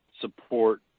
support